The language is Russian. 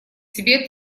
себя